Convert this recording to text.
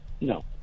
No